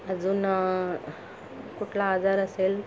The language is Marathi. अजून कुठला आजार असेल